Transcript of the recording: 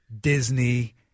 Disney